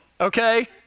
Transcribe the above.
Okay